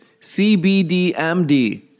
CBDMD